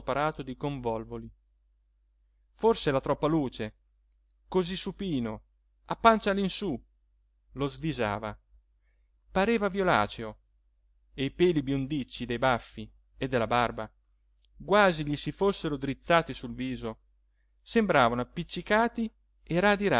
di convolvoli forse la troppa luce così supino a pancia all'insù lo svisava pareva violaceo e i peli biondicci dei baffi e della barba quasi gli si fossero drizzati sul viso sembravano appiccicati e radi